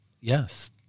Yes